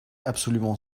absolument